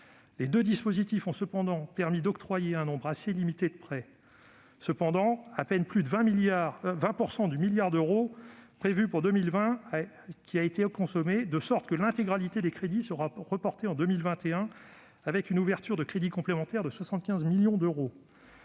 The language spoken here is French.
Les deux dispositifs ont permis d'octroyer un nombre assez limité de prêts. En effet, à peine plus de 20 % du milliard d'euros prévu pour 2020 a été consommé, de sorte que l'intégralité des crédits sera reportée en 2021, avec une ouverture de crédits complémentaire de 75 millions d'euros.